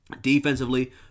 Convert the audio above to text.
Defensively